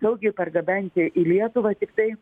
saugiai pargabenti į lietuvą tiktai